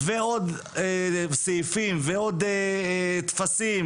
עוד סעיפים ועוד טפסים